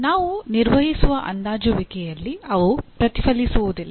ನಾವು ನಿರ್ವಹಿಸುವ ಅಂದಾಜುವಿಕೆಯಲ್ಲಿ ಅವು ಪ್ರತಿಫಲಿಸುವುದಿಲ್ಲ